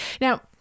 Now